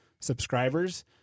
subscribers